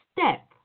step